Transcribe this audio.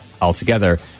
altogether